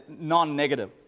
non-negative